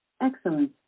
Excellent